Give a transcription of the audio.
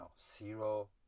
zero